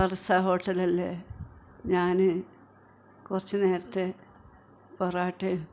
ഫർസാ ഹോട്ടലല്ലേ ഞാൻ കുറച്ച് നേരത്തെ പൊറോട്ടയും